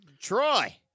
Troy